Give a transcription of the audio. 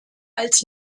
als